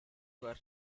were